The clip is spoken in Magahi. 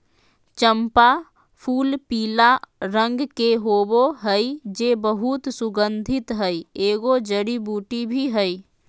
चम्पा फूलपीला रंग के होबे हइ जे बहुत सुगन्धित हइ, एगो जड़ी बूटी भी हइ